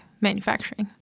manufacturing